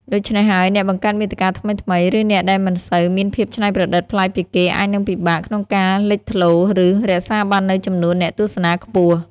ដូច្នេះហើយ អ្នកបង្កើតមាតិកាថ្មីៗ ឬអ្នកដែលមិនសូវមានភាពច្នៃប្រឌិតប្លែកពីគេអាចនឹងពិបាកក្នុងការលេចធ្លោរ ឬ រក្សាបាននូវចំនួនអ្នកទស្សនាខ្ពស់។